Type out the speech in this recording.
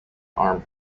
armed